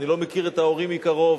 אני לא מכיר את ההורים מקרוב,